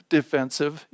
Defensive